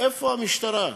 איפה המשטרה?